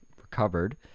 Recovered